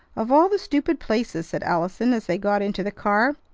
of all the stupid places! said allison as they got into the car.